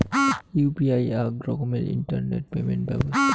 UPI আক রকমের internet payment ব্যবছথা